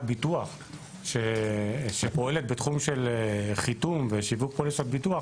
ביטוח שפועלת בתחום של חיתום ושיווק פוליסות ביטוח